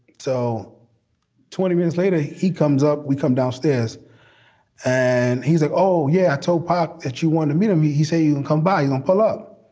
so twenty minutes later, he comes up, we come downstairs and he's like, oh, yeah. towpath that you want to meet me? he say you come by and pull up.